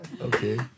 Okay